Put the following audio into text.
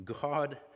God